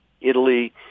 Italy